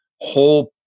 whole